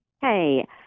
Hey